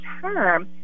term